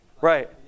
Right